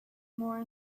more